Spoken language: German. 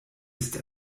ist